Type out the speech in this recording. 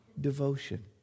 devotion